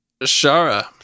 Shara